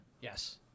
Yes